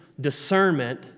discernment